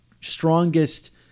strongest